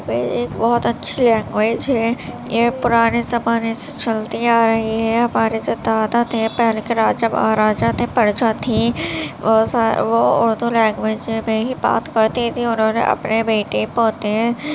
مجھے دنیا کے کسی حصے میں سفر کرنے کا اگر موقعہ ملتا تو میں سب سے پہلے سعودی عرب جاتی اور حج کرنے کے ارادے سے جاتی